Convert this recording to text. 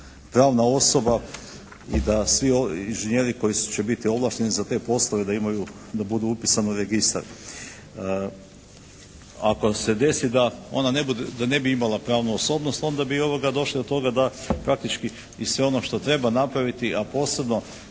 pravna osoba i da svi inženjeri koji će biti ovlašteni za te poslove da budu upisani u registar. Ako se desi da ne bi imala pravnu osobnost onda bi došli do toga da praktički i sve ono što treba napraviti, a posebno